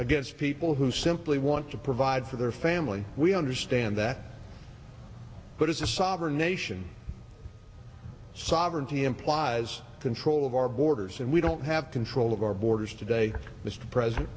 against people who simply want to provide for their family we understand that but as a sovereign nation sovereignty implies control of our borders and we don't have control of our borders today mr president